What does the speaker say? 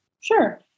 Sure